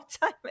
time